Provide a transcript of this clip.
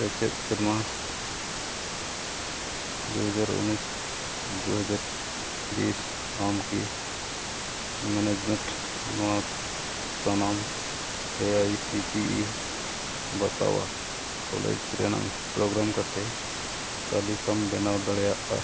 ᱥᱮᱪᱮᱫ ᱥᱮᱨᱢᱟ ᱫᱩ ᱦᱟᱡᱟᱨ ᱩᱱᱤᱥ ᱫᱩ ᱦᱟᱡᱟᱨ ᱵᱤᱥ ᱟᱢ ᱠᱤ ᱢᱮᱱᱮᱡᱽᱢᱮᱱᱴ ᱱᱚᱣᱟ ᱥᱟᱱᱟᱢ A I C T E ᱵᱟᱛᱟᱣᱟ ᱠᱚᱞᱮᱡᱽ ᱨᱮᱱᱟᱝ ᱯᱨᱳᱜᱨᱟᱢ ᱠᱟᱛᱮᱫ ᱛᱟᱹᱞᱤᱠᱟᱢ ᱵᱮᱱᱟᱣ ᱫᱟᱲᱮᱭᱟᱜᱼᱟ